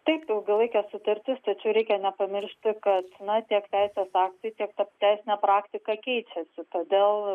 taip tai ilgalaikė sutartis tačiau reikia nepamiršti kad na tiek teisės aktai tiek ta teisinė praktika keičiasi todėl